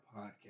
Podcast